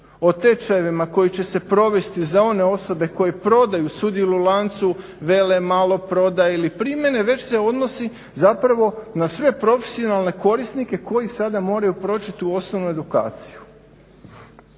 o tečajevima koji će provesti za one osobe koje prodaju, sudjeluju u lancu, vele, maloprodaja ili primjene već se odnosi zapravo na sve profesionalne korisnike koji sada moraju proći tu osnovnu edukaciju.